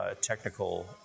technical